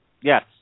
Yes